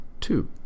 two